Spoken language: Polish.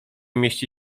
mieści